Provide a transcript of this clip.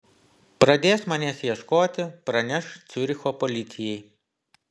pradės manęs ieškoti praneš ciuricho policijai